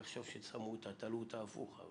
יחשוב שתלו אותה הפוך,